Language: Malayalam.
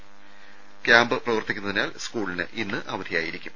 കൃാംപ് പ്രവർത്തിക്കുന്നതിനാൽ സ്കൂളിന് ഇന്ന് അവധിയായിരിക്കും